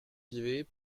pivet